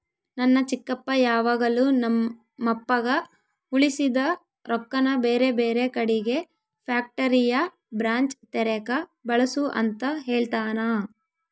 ನನ್ನ ಚಿಕ್ಕಪ್ಪ ಯಾವಾಗಲು ನಮ್ಮಪ್ಪಗ ಉಳಿಸಿದ ರೊಕ್ಕನ ಬೇರೆಬೇರೆ ಕಡಿಗೆ ಫ್ಯಾಕ್ಟರಿಯ ಬ್ರಾಂಚ್ ತೆರೆಕ ಬಳಸು ಅಂತ ಹೇಳ್ತಾನಾ